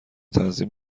تنظیم